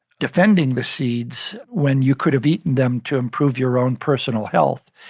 defending the seeds when you could have eaten them to improve your own personal health?